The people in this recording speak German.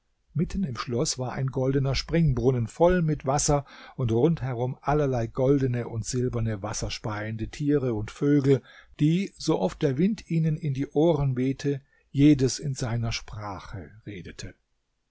mitten im schloß war ein goldener springbrunnen voll mit wasser und rund herum allerlei goldene und silberne wasserspeiende tiere und vögel die sooft der wind ihnen in die ohren wehte jedes in seiner sprache redete